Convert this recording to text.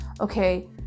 okay